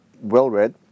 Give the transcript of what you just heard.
well-read